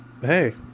hey